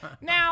Now